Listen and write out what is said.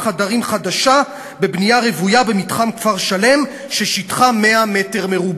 חדרים חדשה בבנייה רוויה במתחם כפר-שלם ששטחה 100 מ"ר.